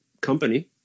company